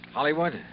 Hollywood